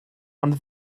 ond